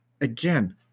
Again